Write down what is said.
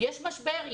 יש משבר,